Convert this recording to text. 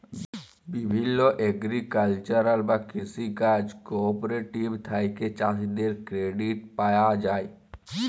বিভিল্য এগ্রিকালচারাল বা কৃষি কাজ কোঅপারেটিভ থেক্যে চাষীদের ক্রেডিট পায়া যায়